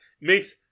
makes